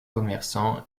commerçant